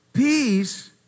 Peace